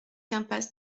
impasse